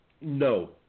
No